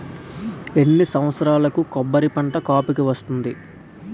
ఎన్ని సంవత్సరాలకు కొబ్బరి పంట కాపుకి వస్తుంది?